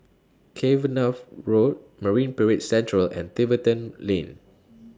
Cavenagh Road Marine Parade Central and Tiverton Lane